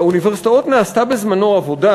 באוניברסיטאות נעשתה בזמנו עבודה,